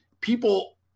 people